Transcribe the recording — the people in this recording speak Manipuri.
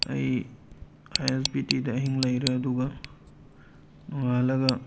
ꯑꯩ ꯑꯥꯏ ꯑꯦꯁ ꯕꯤ ꯇꯤꯗ ꯑꯍꯤꯡ ꯂꯩꯔꯦ ꯑꯗꯨꯒ ꯅꯣꯡꯉꯥꯜꯂꯒ